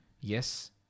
Yes